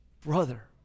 Brother